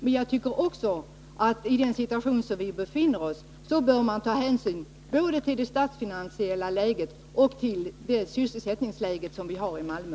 Men i den situation som vi befinner oss i bör hänsyn också tas till det statsfinansiella läget och till sysselsättningsläget i Malmö.